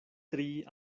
tri